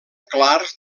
clars